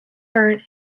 byrne